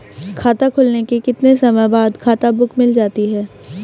खाता खुलने के कितने समय बाद खाता बुक मिल जाती है?